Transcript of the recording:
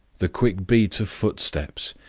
the quick beat of footsteps,